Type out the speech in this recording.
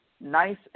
nice